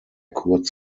kurz